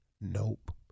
Nope